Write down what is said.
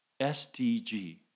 SDG